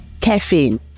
caffeine